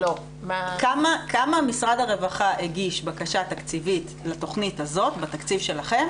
כמה משרד הרווחה הגיש בקשה תקציבית לתכנית הזאת בתקציב שלכם,